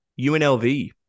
UNLV